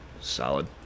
Solid